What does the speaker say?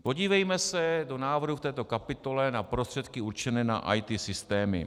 Podívejme se do návrhu v této kapitole na prostředky určené na IT systémy.